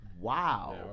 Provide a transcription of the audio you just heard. Wow